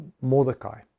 Mordecai